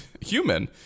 human